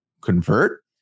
convert